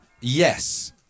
Yes